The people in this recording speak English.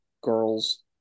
girls